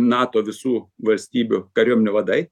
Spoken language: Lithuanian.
nato visų valstybių kariuomenių vadai